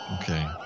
Okay